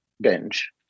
binge